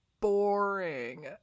boring